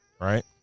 Right